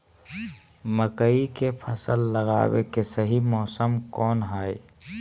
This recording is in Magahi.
मकई के फसल लगावे के सही मौसम कौन हाय?